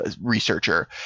researcher